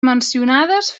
mencionades